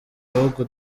bihugu